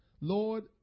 Lord